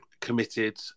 committed